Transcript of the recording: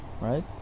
right